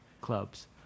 clubs